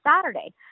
Saturday